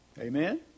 Amen